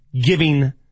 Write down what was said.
giving